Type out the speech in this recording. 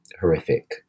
horrific